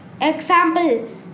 Example